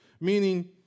Meaning